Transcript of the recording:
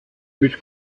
mit